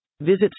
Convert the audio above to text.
Visit